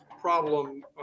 problem